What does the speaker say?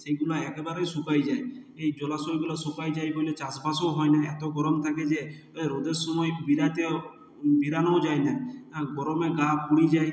সেগুলো একবারে শুকায়ে যায় এই জলাশয়গুলো শুকায় যায় বলে চাষবাসও হয় না এতো গরম থাকে যে ওই রোদের সময় বিরাতেও বেরানোও যায় না আর গরমে গা পুড়ে যায়